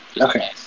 okay